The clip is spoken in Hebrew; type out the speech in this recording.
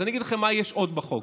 אז אני אגיד לכם מה יש עוד בחוק.